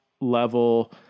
level